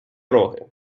роги